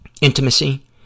intimacy